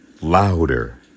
louder